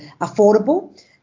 affordable